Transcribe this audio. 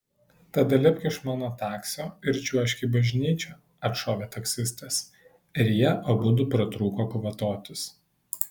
tada lipk iš mano taksio ir čiuožk į bažnyčią atšovė taksistas ir jie abudu pratrūko kvatotis